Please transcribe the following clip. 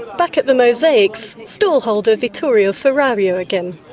back at the mosaics, stall holder vittorio ferrario again.